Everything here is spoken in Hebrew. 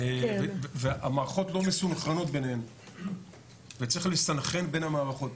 והמערכות לא מסונכרנות בינינו וצריך לסנכרן בין המערכות.